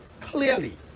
clearly